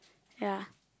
ya